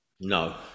No